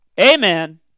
amen